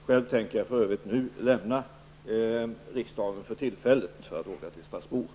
Själv tänker jag för övrigt nu tillfälligt lämna riksdagen för att åka till Strasbourg.